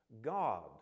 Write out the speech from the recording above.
God